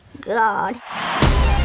God